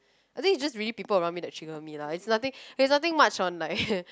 I think it's just really people around me that trigger me lah is nothing is nothing much on like